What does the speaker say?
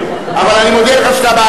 נא לצאת.